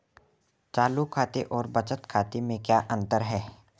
चालू खाते और बचत खाते में क्या अंतर है?